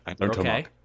Okay